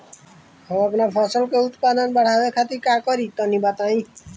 हम अपने फसल के उत्पादन बड़ावे खातिर का करी टनी बताई?